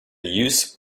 use